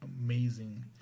amazing